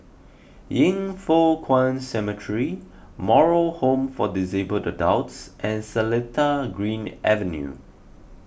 Yin Foh Kuan Cemetery Moral Home for Disabled Adults and Seletar Green Avenue